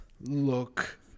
look